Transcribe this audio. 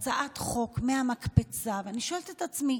לצערי, עם הצעת חוק מהמקפצה, ואני שואלת את עצמי